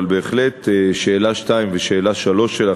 אבל בהחלט שאלה 2 ושאלה 3 שלך,